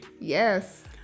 Yes